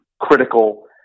critical